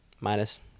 minus